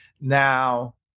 Now